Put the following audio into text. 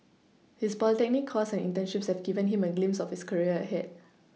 his polytechnic course and internships have given him a glimpse of his career ahead